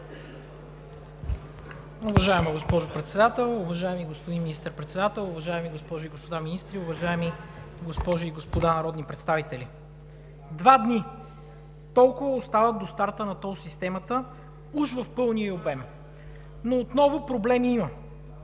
Уважаема госпожо Председател, уважаеми господин Министър-председател, уважаеми госпожи и господа министри, уважаеми госпожи и господа народни представители! Два дни – толкова остават до старта на тол системата, уж в пълния ѝ обем. Но отново има проблеми –